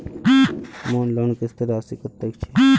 मोर लोन किस्त राशि कतेक छे?